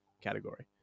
category